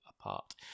apart